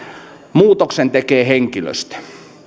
muutoksen tekee henkilöstö